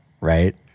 right